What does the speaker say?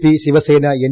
P Shiv Sena N